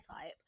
type